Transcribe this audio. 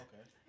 Okay